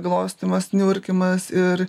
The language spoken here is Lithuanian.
glostymas niurkymas ir